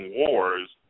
wars